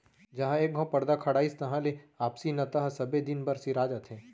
जहॉं एक घँव परदा खड़ाइस तहां ले आपसी नता ह सबे दिन बर सिरा जाथे